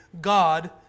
God